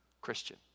Christian